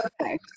Okay